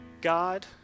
God